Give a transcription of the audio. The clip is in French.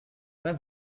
pas